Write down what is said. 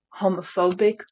homophobic